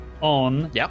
on